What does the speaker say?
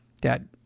dad